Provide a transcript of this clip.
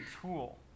tool